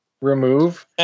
remove